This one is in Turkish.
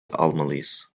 almalıyız